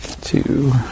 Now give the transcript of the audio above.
two